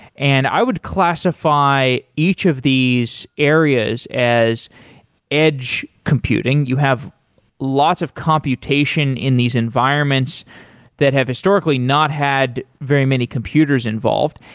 and i would classify each of these areas as edge computing. you have lots of computation in these environments that have historically not had very many computers involved.